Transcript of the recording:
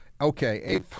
okay